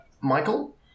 Michael